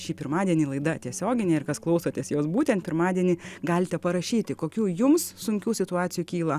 šį pirmadienį laida tiesioginė ir kas klausotės jos būtent pirmadienį galite parašyti kokių jums sunkių situacijų kyla